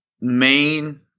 main